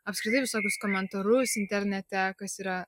apskritai visokius komentarus internete kas yra